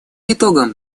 итогам